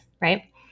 right